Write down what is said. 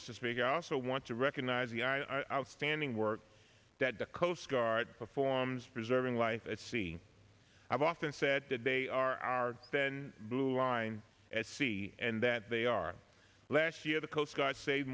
mrs figure also want to recognize the eye outstanding work that the coast guard performs preserving life at sea i've often said that they are then blue line at sea and that they are last year the coast guard saved